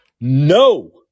No